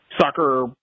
soccer